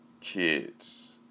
Kids